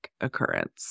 occurrence